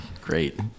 great